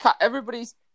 everybody's –